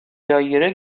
دایره